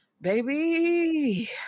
Baby